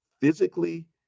physically